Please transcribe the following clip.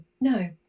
no